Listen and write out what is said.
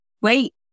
Wait